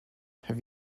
have